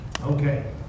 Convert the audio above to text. Okay